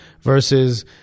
versus